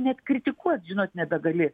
net kritikuot žinot nebegali